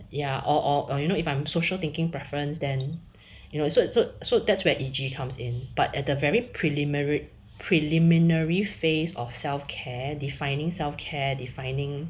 ya or or or you know if I'm social thinking preference then you know it's so it's so so that's where E_G comes in but at the very preliminary preliminary phase of self care defining self care defining